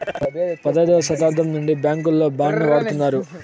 పదైదవ శతాబ్దం నుండి బ్యాంకుల్లో బాండ్ ను వాడుతున్నారు